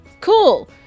cool